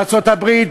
ארצות-הברית,